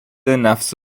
نفس